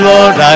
Lord